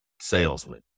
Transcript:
salesman